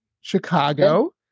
Chicago